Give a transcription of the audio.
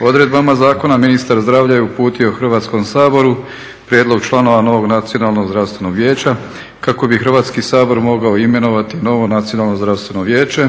odredbama zakona ministar zdravlja je uputio Hrvatskom saboru prijedlog članova novog Nacionalnog zdravstvenog vijeća kako bi Hrvatski sabor mogao imenovati novo Nacionalno zdravstveno vijeće.